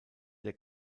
der